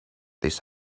this